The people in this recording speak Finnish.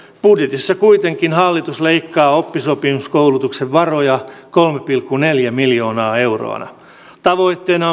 budjetissa kuitenkin hallitus leikkaa oppisopimuskoulutuksen varoja kolme pilkku neljä miljoonaa euroa tavoitteena